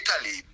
Italy